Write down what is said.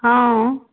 हँ